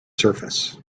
surface